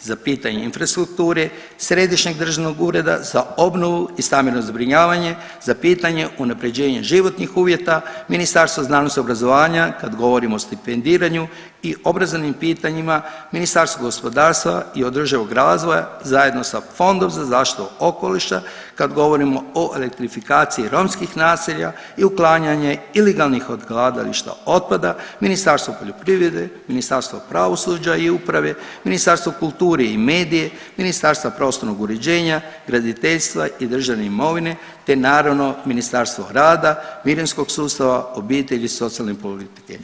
za pitanje infrastrukture, Središnjeg državnog ureda za obnovu i stambeno zbrinjavanje, za pitanje unaprjeđenje životnih uvjeta, Ministarstvo znanosti i obrazovanja kad govorimo o stipendiranju i obrazovnim pitanjima, Ministarstvo gospodarstva i održivog razvoja zajedno sa fondom za zaštitu okoliša kad govorimo o elektrifikaciji romskih naselja i uklanjanje ilegalnih odlagališta otpada, Ministarstvo poljoprivrede, Ministarstvo pravosuđa i uprave, Ministarstvo kulture i medije, Ministarstvo prostornog uređenja, graditeljstva i državne imovine, te naravno Ministarstvo rada, mirovinskog sustava, obitelji i socijalne politike.